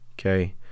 okay